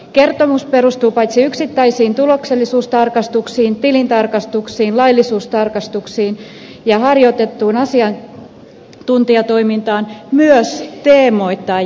kertomus perustuu paitsi yksittäisiin tuloksellisuustarkastuksiin tilintarkastuksiin laillisuustarkastuksiin ja harjoitettuun asiantuntijatoimintaan myös teemoittain järjestettyihin analyyseihin